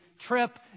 trip